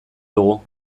dugu